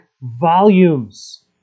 volumes